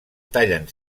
tallen